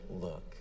look